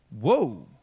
Whoa